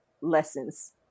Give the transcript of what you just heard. lessons